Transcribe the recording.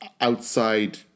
outside